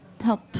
help